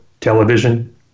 television